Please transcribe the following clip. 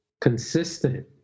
consistent